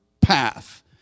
path